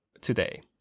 today